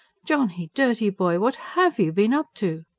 johnny, dirty boy! what have you been up to?